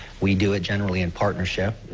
we do it generally in partnership.